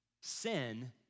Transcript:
sin